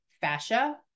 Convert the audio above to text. fascia